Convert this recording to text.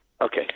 okay